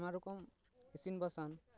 ᱟᱭᱢᱟ ᱨᱚᱠᱚᱢ ᱤᱥᱤᱱ ᱵᱟᱥᱟᱝ